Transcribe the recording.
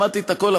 שמעתי את הכול,